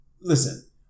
listen